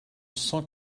cent